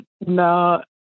no